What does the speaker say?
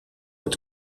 het